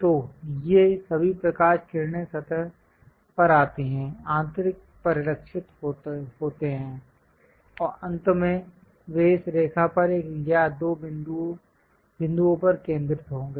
तो ये सभी प्रकाश किरणें सतह पर आती हैं आंतरिक परिलक्षित होते हैं अंत में वे इस रेखा पर एक या दो बिंदुओं पर केंद्रित होंगे